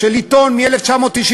של עיתון מ-1998.